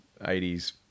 80s